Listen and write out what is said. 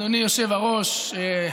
אדוני היושב-ראש,